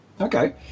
Okay